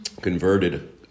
converted